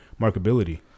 markability